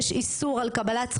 אין אף אחד שיכול לטפל בזה.